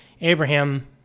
Abraham